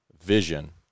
vision